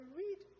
read